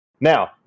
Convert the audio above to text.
Now